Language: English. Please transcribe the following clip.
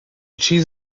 cheese